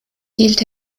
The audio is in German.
hielt